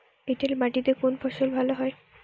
এঁটেল মাটিতে কোন ফসল ভালো হয়?